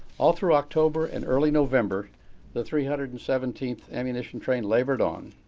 all through october and early november the three hundred and seventeenth ammunition train labored on.